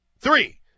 three